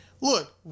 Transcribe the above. Look